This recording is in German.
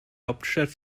hauptstadt